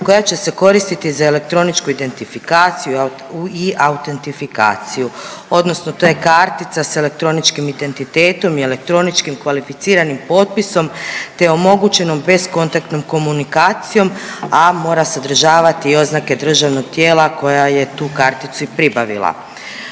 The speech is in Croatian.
koja će se koristiti za elektroničku identifikaciju i autentifikaciju, odnosno to je kartica sa elektroničkim identitetom i elektroničkim kvalificiranim potpisom te omogućenom beskontaktnom komunikacijom, a mora sadržavati i oznake državnog tijela koja je tu karticu i pribavila.